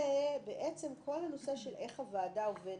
כל הנושא של איך הוועדה עובדת.